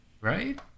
Right